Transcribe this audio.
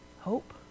Hope